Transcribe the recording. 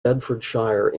bedfordshire